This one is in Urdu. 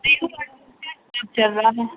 چل رہا ہے